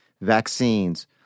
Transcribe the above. vaccines